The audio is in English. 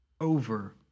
over